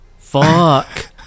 Fuck